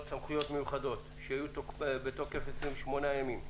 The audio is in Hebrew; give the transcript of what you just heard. סמכויות מיוחדות שהיו בתוקף 28 ימים.